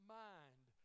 mind